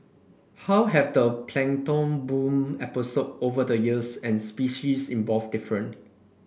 how have the plankton bloom episode over the years and species involved different